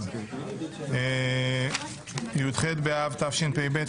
היום י"ח באב תשפ"ב,